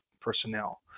personnel